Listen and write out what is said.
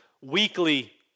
weekly